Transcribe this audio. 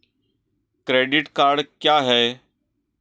Credit card क्या है?